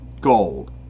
gold